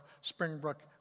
Springbrook